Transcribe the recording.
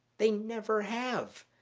they never have.